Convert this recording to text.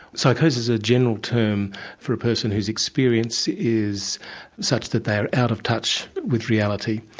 psychosis is a general term for a person whose experience is such that they are out of touch with reality,